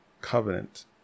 covenant